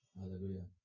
hallelujah